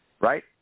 right